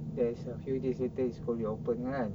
there's a few days later is school reopen kan